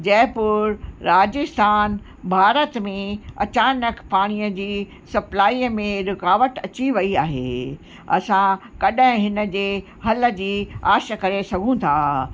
जयपुर राजस्थान भारत में अचानक पाणीअ जी सप्लाइअ में रुकावट अची वई आहे असां कॾहिं हिन जे हल जी आश करे सघूं था